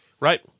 Right